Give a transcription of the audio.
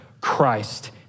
Christ